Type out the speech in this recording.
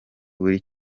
buri